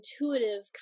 intuitive